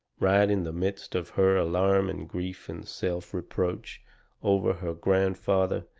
right in the midst of her alarm and grief and self-reproach over her grandfather,